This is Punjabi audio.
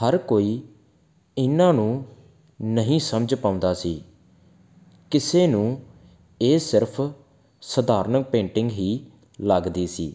ਹਰ ਕੋਈ ਇਹਨਾਂ ਨੂੰ ਨਹੀਂ ਸਮਝ ਪਾਉਂਦਾ ਸੀ ਕਿਸੇ ਨੂੰ ਇਹ ਸਿਰਫ ਸਧਾਰਨ ਪੇਂਟਿੰਗ ਹੀ ਲੱਗਦੀ ਸੀ